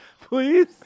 Please